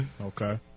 Okay